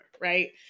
right